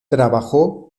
trabajó